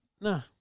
No